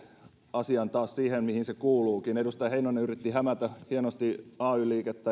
asian taas siihen mihin se kuuluukin edustaja heinonen yritti hämätä hienosti ay